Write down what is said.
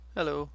Hello